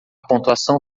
pontuação